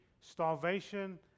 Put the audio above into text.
starvation